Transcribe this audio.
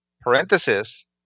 parenthesis